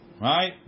right